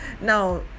Now